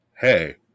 hey